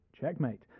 Checkmate